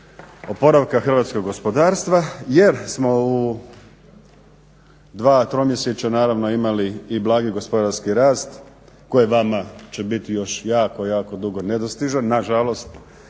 oporavka hrvatskog gospodarstva jer smo u dva tromjesečja naravno imali i blagi gospodarski rast koji vama će biti još jako, jako dugo nedostižan nažalost,